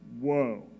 Whoa